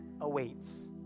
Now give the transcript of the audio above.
awaits